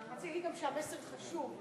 רציתי להגיד גם שהמסר חשוב,